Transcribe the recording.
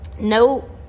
no